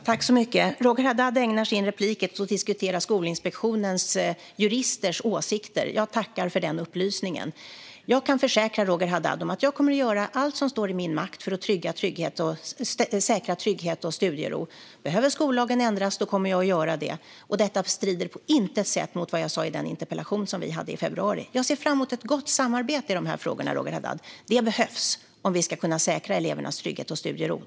Herr talman! Roger Haddad ägnar sin replik åt att diskutera Skolinspektionens juristers åsikter. Jag tackar för den upplysningen. Jag kan försäkra Roger Haddad om att jag kommer att göra allt som står i min makt för att säkra trygghet och studiero. Behöver skollagen ändras kommer jag att göra det. Detta strider på intet sätt mot vad jag sa i den interpellationsdebatt vi hade i februari. Jag ser fram emot ett gott samarbete i dessa frågor, Roger Haddad - det behövs om vi ska kunna säkra elevernas trygghet och studiero.